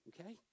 okay